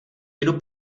jedu